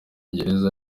gereza